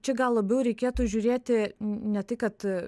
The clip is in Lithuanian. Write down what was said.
čia gal labiau reikėtų žiūrėti ne tai kad